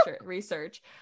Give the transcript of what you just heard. research